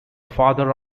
father